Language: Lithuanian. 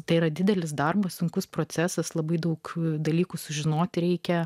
tai yra didelis darbas sunkus procesas labai daug dalykų sužinoti reikia